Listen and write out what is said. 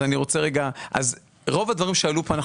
אנחנו נבחן, כמובן, את רוב הדברים שעלו פה.